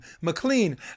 McLean